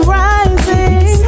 rising